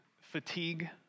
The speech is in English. fatigue